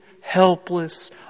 helpless